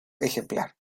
ejemplar